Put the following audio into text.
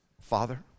Father